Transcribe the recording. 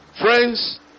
Friends